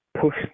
push